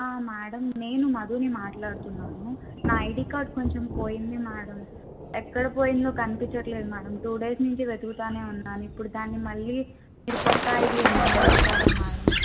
madam నేను మధుని మాట్లాడుతున్నాను నా ఐడీ కార్డ్ కొంచెం పోయింది మేడం ఎక్కడ పోయిందో కనిపించట్లేదు మేడం టూ డేస్ నుండి వెతుకుతూనే ఉన్నాను ఇప్పుడు దాన్ని మళ్ళీ మీరు కొత్త ఐడీ ఏమైనా ఇస్తారా మేడం